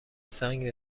سنگ